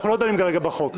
אנחנו לא דנים כרגע בחוק.